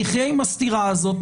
נחיה עם הסתירה הזאת,